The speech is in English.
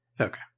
okay